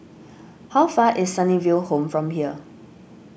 how far away is Sunnyville Home from here